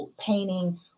painting